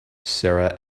sarah